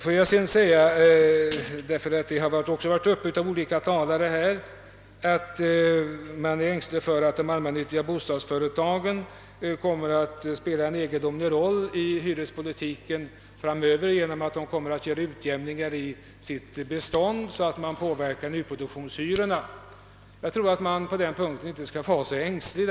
Olika talare här i debatten har framhållit att man är ängslig för att de allmännyttiga bostadsföretagen skall spela en egendomlig roll i hyrespolitiken framöver genom att de kommer att göra utjämningar av sitt bestånd så att nyproduktionshyrorna påverkas. Jag tror att man på den punkten inte behöver vara så ängslig.